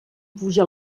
puja